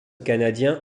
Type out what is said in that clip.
canadien